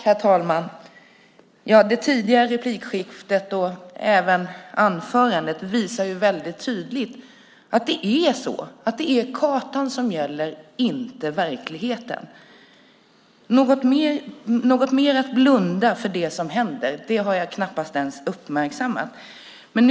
Herr talman! Det tidigare replikskiftet och även anförandet visar tydligt att det är kartan som gäller och inte verkligheten. Jag har knappast uppmärksammat något värre när det gäller att blunda för vad som händer.